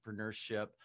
entrepreneurship